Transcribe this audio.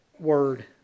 word